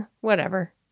Whatever